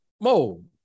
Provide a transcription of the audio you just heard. Mo